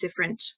different